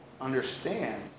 understand